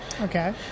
Okay